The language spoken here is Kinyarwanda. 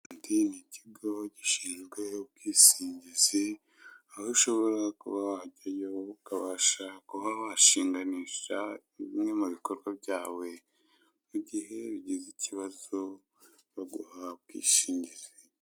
Radianti ni ikigo gishinzwe ubwishingizi, aho ushobora kuba wajyayo ukabasha kuba washinganisha bimwe mu bikorwa byawe. Mugihe ugize ikibazo baguha ubwishingizi.